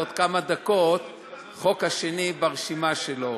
בעוד כמה דקות החוק השני ברשימה שלו.